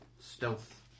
stealth